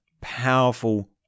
powerful